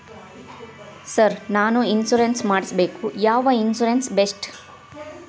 Sir ನಾನು insurance ಮಾಡಿಸಬೇಕು ಯಾವ ಇನ್ಶೂರೆನ್ಸ್ ಬೆಸ್ಟ್ರಿ?